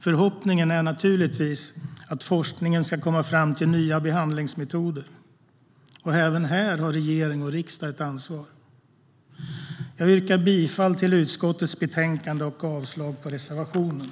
Förhoppningen är naturligtvis att forskningen ska komma fram till nya behandlingsmetoder. Även här har regering och riksdag ett ansvar. Jag yrkar bifall till utskottets förslag i betänkandet och avslag på reservationen.